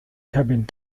cabin